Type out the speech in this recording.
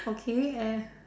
okay and